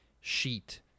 sheet